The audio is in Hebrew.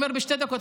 אמר: בשתי דקות.